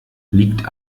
liegt